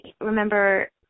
remember